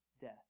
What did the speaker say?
death